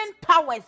powers